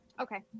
Okay